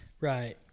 Right